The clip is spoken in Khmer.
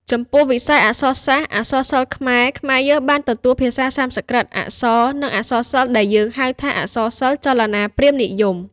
ចំពោះ វិស័យអក្សរសាស្ត្រ អក្សរសិល្ប៍ខ្មែរ ខ្មែរយើងបានទទួលភាសាសំស្ក្រឹត អក្សរ និង អក្សរសិល្ប៍ដែលយើងហៅថាអក្សរសិល្ប៍ចលនា ព្រាហ្មណ៍និយម។